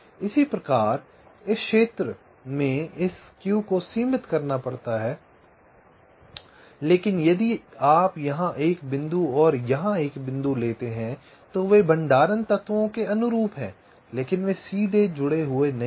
इसी प्रकार इस क्षेत्र या इस क्षेत्र में इस स्क्यू को सीमित करना पड़ता है लेकिन यदि आप यहां एक बिंदु और यहां एक बिंदु लेते हैं तो वे 2 भंडारण तत्वों के अनुरूप हैं लेकिन वे सीधे जुड़े नहीं हैं